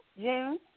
June